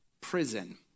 prison